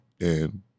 and-